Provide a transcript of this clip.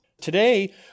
Today